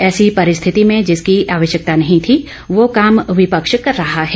ऐसी परिस्थिति में जिसकी आवश्यकता नहीं थी वह काम विपक्ष कर रहा है